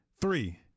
Three